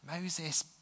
Moses